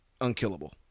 unkillable